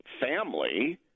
family